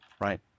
right